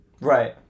Right